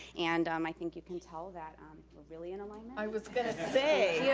and um i think you can tell that we're really in alignment. i was gonna say. yeah